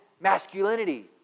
masculinity